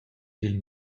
dil